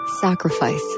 sacrifice